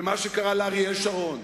ומה שקרה לאריאל שרון,